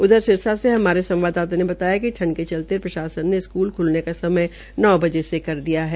उधर सिरसा से हमारे संवाददाता ने बताया कि ठंड के चलते प्रशासन ने स्कूल ख्लने का समय नौ बजे से कर दिया है